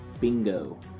Bingo